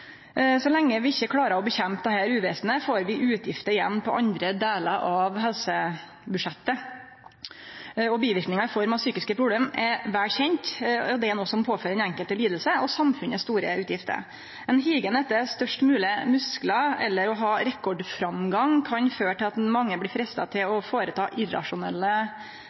Så lenge vi ikkje klarar å motarbeide dette uvesenet, får vi det igjen i form av utgifter på andre delar av helsebudsjettet. Biverknader i form av psykiske problem er vel kjent. Det er noko som påfører den enkelte liding og samfunnet store utgifter. Ein lengt etter størst mogleg musklar eller rekordframgang kan føre til at mange blir freista til å ta irrasjonelle